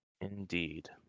Indeed